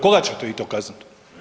Koga ćete vi to kazniti?